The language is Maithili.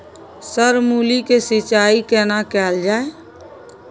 सर मूली के सिंचाई केना कैल जाए?